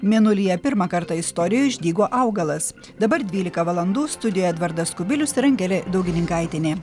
mėnulyje pirmą kartą istorijoj išdygo augalas dabar dvylika valandų studijoj edvardas kubilius ir angelė daugininkaitienė